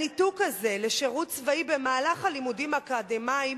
הניתוק הזה, לשירות צבאי, במהלך לימודים אקדמיים,